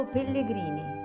Pellegrini